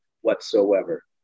whatsoever